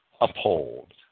uphold